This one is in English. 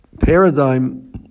paradigm